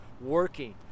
working